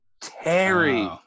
Terry